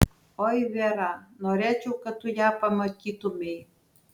oi vera norėčiau kad tu ją pamatytumei